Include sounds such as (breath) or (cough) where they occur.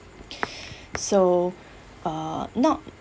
(breath) so uh not